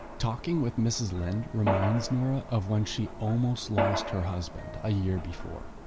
talking with mrs linde reminds nora of when she almost lost her husband a year before.